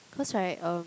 cause right um